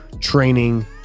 training